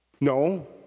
No